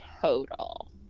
total